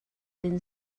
din